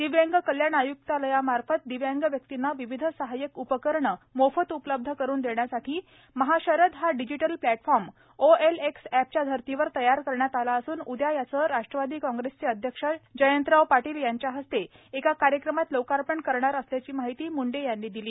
दिव्यांग कल्याण आयुक्तालयामार्फत दिव्यांग व्यक्तींना विविध सहाय्यक उपकरणे मोफत उपलब्ध करून देण्यासाठी महाशरद हा डिजिटल प्लॅटफॉर्म ओएलएक्स ँपच्या धर्तीवर तयार करण्यात आला सून उद्या याचे राष्ट्रवादी काँग्रेसचे ध्यक्ष जयंतराव पाटील यांच्या हस्ते एका कार्यक्रमात लोकार्पण करणार सल्याची माहिती धनंजय मुंडे यांनी दिली